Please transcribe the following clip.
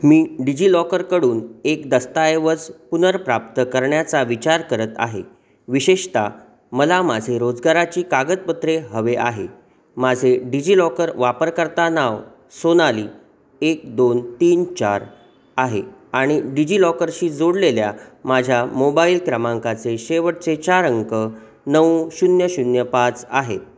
मी डिजिलॉकडून एक दस्तऐवज पुनर्प्राप्त करण्याचा विचार करत आहे विशेषतः मला माझे रोजगाराची कागदपत्रे हवे आहे माझे डिजिलॉकर वापरकर्ता नाव सोनाली एक दोन तीन चार आहे आणि डिजिलॉकरशी जोडलेल्या माझ्या मोबाईल क्रमांकाचे शेवटचे चार अंक नऊ शून्य शून्य पाच आहे